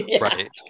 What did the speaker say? right